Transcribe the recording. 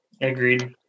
Agreed